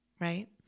right